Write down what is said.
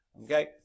Okay